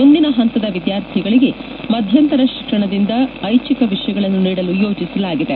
ಮುಂದಿನ ಹಂತದ ವಿದ್ನಾರ್ಥಿಗಳಿಗೆ ಮಧ್ಯಂತರ ಶಿಕ್ಷಣದಿಂದ ಐಚ್ಗಿಕ ವಿಷಯಗಳನ್ನು ನೀಡಲು ಯೋಜಿಸಲಾಗಿದೆ